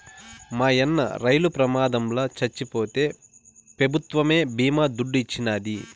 మాయన్న రైలు ప్రమాదంల చచ్చిపోతే పెభుత్వమే బీమా దుడ్డు ఇచ్చినాది